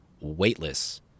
weightless